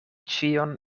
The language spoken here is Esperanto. ĉion